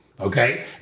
Okay